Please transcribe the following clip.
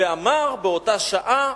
והוא אמר באותה שעה: